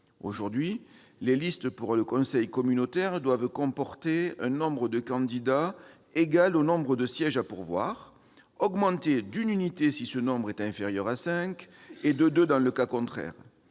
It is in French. Aujourd'hui, les listes pour le conseil communautaire doivent comporter un nombre de candidats égal au nombre de sièges à pourvoir, augmenté d'une unité, si ce nombre est inférieur à cinq, et de deux, dans le cas contraire.